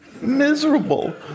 miserable